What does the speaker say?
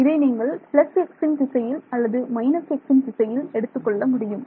இதை நீங்கள் பிளஸ் xன் திசையில் அல்லது xன் திசையில் எடுத்துக்கொள்ள முடியும்